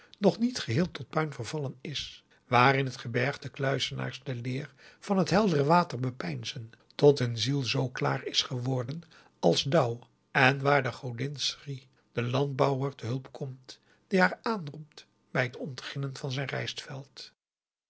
nog niet geheel tot puin vervallen is waar in het gebergte kluizenaars de leer van het heldere water bepeinzen tot hun augusta de wit orpheus in de dessa ziel zoo klaar is geworden als dauw en waar de godin sri den landbouwer te hulp komt die haar aanroept bij het ontginnen van zijn